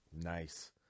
Nice